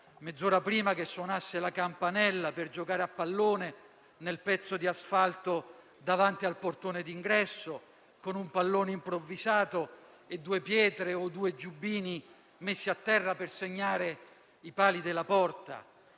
mezz'ora prima che suonasse la campanella per giocare a pallone nel pezzo di asfalto davanti al portone d'ingresso, con un pallone improvvisato e due pietre o due giubbini messi a terra per segnare i pali della porta;